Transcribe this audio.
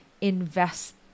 Invest